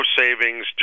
savings